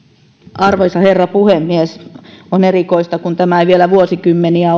arvoisa herra puhemies on erikoista kun tämä lainsäädäntökään ei ole vielä vuosikymmeniä